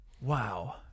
Wow